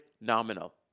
nominal